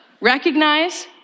recognize